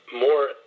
more